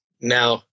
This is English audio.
now